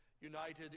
united